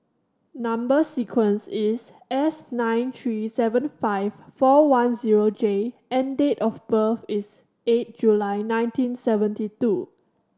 number sequence is S nine three seven five four one zero J and date of birth is eight July nineteen seventy two